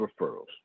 referrals